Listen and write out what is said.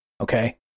okay